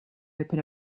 open